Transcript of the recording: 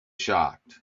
shocked